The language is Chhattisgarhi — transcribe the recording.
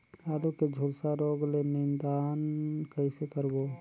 आलू के झुलसा रोग ले निदान कइसे करबो?